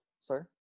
sir